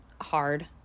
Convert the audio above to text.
hard